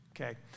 Okay